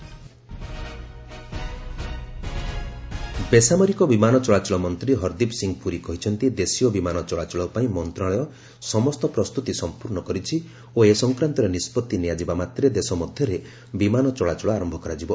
domestic flight operation ବେସାମରିକ ବିମାନ ଚଳାଚଳ ମନ୍ତ୍ରୀ ହରଦୀପ ସିଂହ ପୁରୀ କହିଛନ୍ତି ଦେଶୀୟ ବିମାନ ଚଳାଚଳ ପାଇଁ ମନ୍ତ୍ରଣାଳୟ ସମସ୍ତ ପ୍ରସ୍ତୁତି ସମ୍ପର୍ଣ୍ଣ କରିଛି ଓ ଏ ସଂକାନ୍ତରେ ନିଷ୍କଭି ନିଆଯିବା ମାତେ ଦେଶ ମଧ୍ୟରେ ବିମାନ ଚଳାଚଳ ଆରମ୍ଭ କରାଯିବ